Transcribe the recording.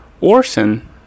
Orson